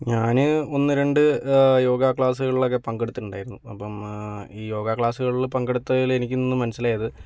ഞാൻ ഒന്ന് രണ്ട് യോഗ ക്ലാസ്സുകളിലൊക്കെ പങ്കെടുത്തിട്ടുണ്ടായിരുന്നു അപ്പം ഈ യോഗ ക്ലാസ്സുകളിൽ പങ്കെടുത്തതിൽ നിന്നും എനിക്ക് മനസ്സിലായത്